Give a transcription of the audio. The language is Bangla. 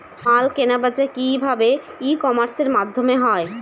মাল কেনাবেচা কি ভাবে ই কমার্সের মাধ্যমে হয়?